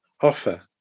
offer